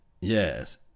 Yes